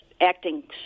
acting